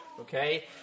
okay